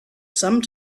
some